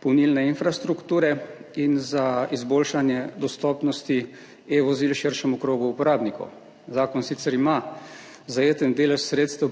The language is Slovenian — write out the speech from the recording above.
polnilne infrastrukture in za izboljšanje dostopnosti e-vozil širšemu krogu uporabnikov. Zakon sicer ima predviden zajeten delež sredstev